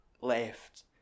left